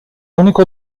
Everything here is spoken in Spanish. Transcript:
únicos